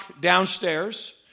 downstairs